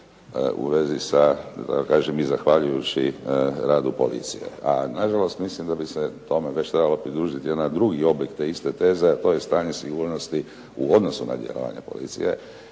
u vezi sa tako kažem i zahvaljujući radu policije. A na žalost mislim da bi se tome već trebala pridružiti jedan drugi oblik te iste teze, a to je stanje sigurnosti u odnosu na djelovanje policije